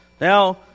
Now